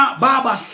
baba